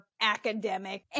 academic